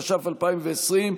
התש"ף 2020,